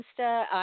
Insta